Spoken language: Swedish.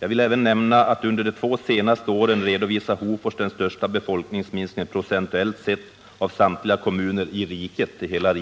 Jag vill även nämna att under de två senaste åren redovisar Hofors den största procentuella befolkningsminskningen av samtliga kommuner i hela